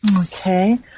Okay